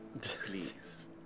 Please